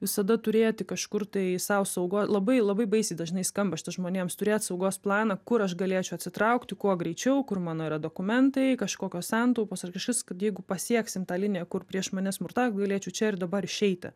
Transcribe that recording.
visada turėti kažkur tai sau saugo labai labai baisiai dažnai skamba šitas žmonėms turėt saugos planą kur aš galėčiau atsitraukti kuo greičiau kur mano yra dokumentai kažkokios santaupos ar kažkas kad jeigu pasieksim tą liniją kur prieš mane smurtavo galėčiau čia ir dabar išeiti